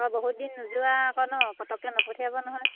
অঁ বহুত দিন নোযোৱা আকৌ ন পটককৈ নপঠিয়াব নহয়